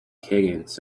higgins